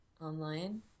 online